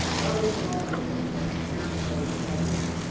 propagation models that are focused on interference rather than coverage.